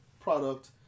product